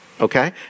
Okay